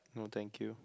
no thank you